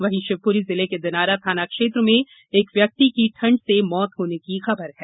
वहीं शिवपूरी जिले के दिनारा थाना क्षेत्र में एक व्यक्ति की ठंड से मौत होने की खबर है